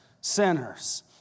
sinners